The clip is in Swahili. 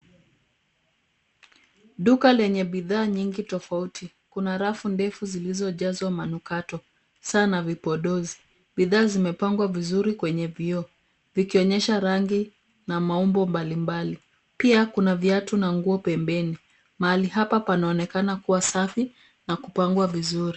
Duka lenye bidhaa nyingi tofauti. Kuna rafu ndefu zilizojazwa manukato, saa na vipodozi. Bidhaa zimepangwa vizuri kwenye vioo, vikionyesha rangi na maumbo mbalimbali. Pia kuna viatu na nguo pembeni. Mahali hapa panaonekana kuwa safi na kupangwa vizuri.